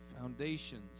Foundations